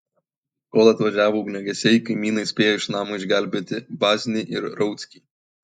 kol atvažiavo ugniagesiai kaimynai spėjo iš namo išgelbėti vaznį ir rauckį